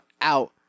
out